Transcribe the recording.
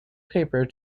paper